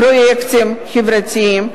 פרויקטים חברתיים,